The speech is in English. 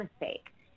mistake